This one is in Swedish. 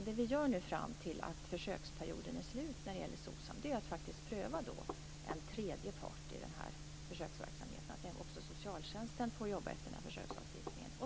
Det vi nu gör tills försöksverksamheten när det gäller SOCSAM är slut, är att pröva en tredje part så att även socialtjänsten får jobba efter den här försökslagstiftningen.